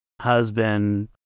husband